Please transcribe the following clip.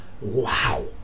Wow